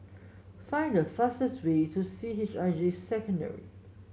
find the fastest way to C H I J Secondary